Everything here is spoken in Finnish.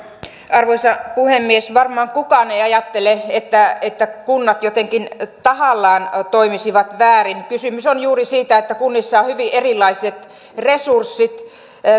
arvoisa puhemies varmaan kukaan ei ajattele että että kunnat jotenkin tahallaan toimisivat väärin kysymys on juuri siitä että kunnissa on hyvin erilaiset resurssit